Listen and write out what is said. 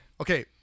okay